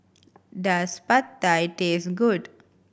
does Pad Thai taste good